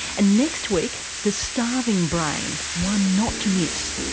and next week. the starving brain. one not to miss.